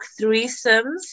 threesomes